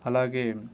అలాగే